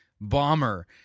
bomber